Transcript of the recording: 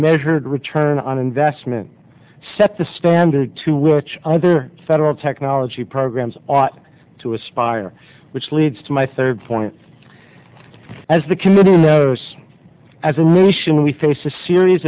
measured return on investment set the standard to which other federal technology programs ought to aspire which leads to my third point as the committee knows as a nation we face a series